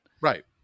Right